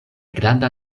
granda